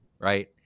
right